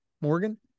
Morgan